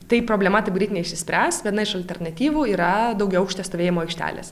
tai problema taip greit neišsispręs viena iš alternatyvų yra daugiaaukštės stovėjimo aikštelės